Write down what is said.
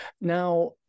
now